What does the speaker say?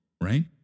Right